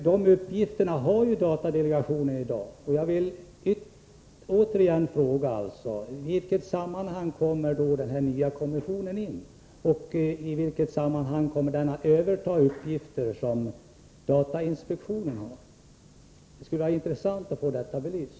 De uppgifterna har datadelegationen i dag, och jag vill återigen fråga: I vilket sammanhang kommer den nya kommissionen in och övertar de uppgifter som datainspektionen har? Det skulle vara intressant att få detta belyst.